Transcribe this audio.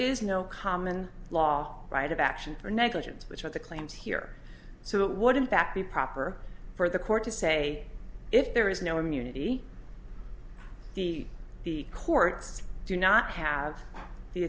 is no common law right of action or negligence which are the claims here so it would in fact be proper for the court to say if there is no immunity the courts do not have the